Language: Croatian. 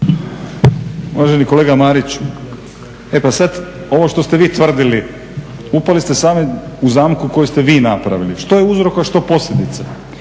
Uvaženi kolega Mariću, e pa sada ovo što ste vi tvrdili upali ste sami u zamku koju ste vi napravili. Što je uzrok a što posljedica?